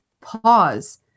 pause